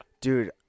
Dude